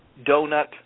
donut